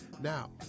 Now